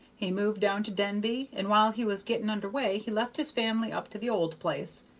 he moved down to denby, and while he was getting under way, he left his family up to the old place,